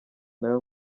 nayo